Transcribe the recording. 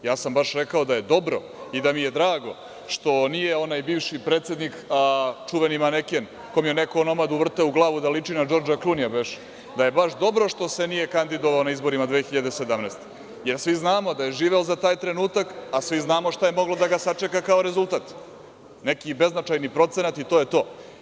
Ja sam baš rekao da je dobro i da mi je drago što nije onaj bivši predsednik, čuveni maneken, kom je neko onomad uvrteo u glavu da liči na DŽordža Klunija, beše, da je baš dobro što se nije kandidovao na izborima 2017. godine, jer svi znamo da je živeo za taj trenutak, a svi znamo šta je moglo da ga sačeka kao rezultat – neki beznačajni procenat i to je to.